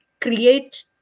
create